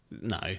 no